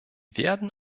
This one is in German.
werden